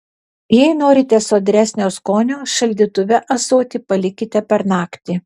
jei norite sodresnio skonio šaldytuve ąsotį palikite per naktį